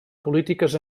polítiques